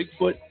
Bigfoot